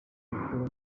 gukura